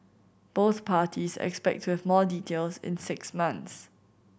both parties expect to have more details in six months